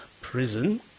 prison